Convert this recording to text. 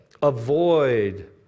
avoid